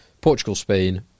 Portugal-Spain